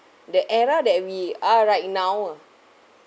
the era that we are right now ah